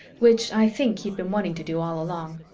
which i think he'd been wanting to do all along.